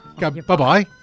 Bye-bye